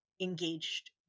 engaged